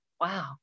Wow